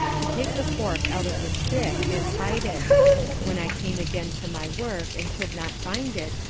to take the fork out of the stick, and hide it when i came again to my work, and could not find it,